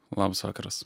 labas vakaras